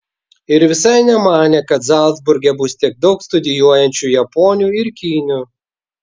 ir visai nemanė kad zalcburge bus tiek daug studijuojančių japonių ir kinių